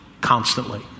constantly